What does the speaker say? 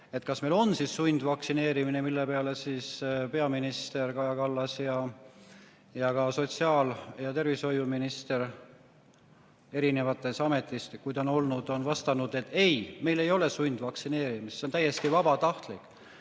kas meil on siis sundvaktsineerimine. Selle peale peaminister Kaja Kallas ning ka sotsiaal- ja tervishoiuminister – erinevates ametites, kui ta on olnud – on vastanud, et ei, meil ei ole sundvaktsineerimist, see on täiesti vabatahtlik.